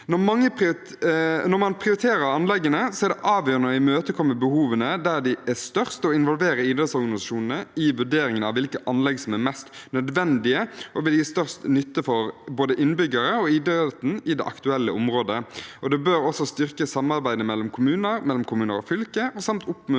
Når man prioriterer anleggene, er det avgjørende å imøtekomme behovene der de er størst, og involvere idrettsorganisasjonene i vurderingen av hvilke anlegg som er mest nødvendige og vil gi størst nytte for både innbyggere og idretten i det aktuelle området. Det bør også styrke samarbeidet mellom kommuner og mellom kommuner